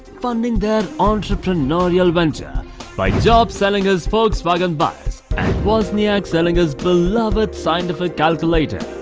funding their entrepreneurial venture by jobs selling his volkswagen bus and wozniak selling his beloved scientific calculator.